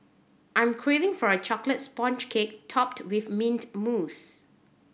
I am craving for a chocolate sponge cake topped with mint mousse